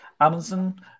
Amazon